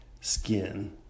skin